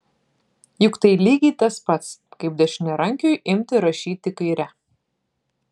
juk tai lygiai tas pats kaip dešiniarankiui imti rašyti kaire